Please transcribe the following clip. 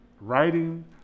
writing